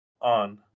on